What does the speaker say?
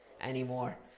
anymore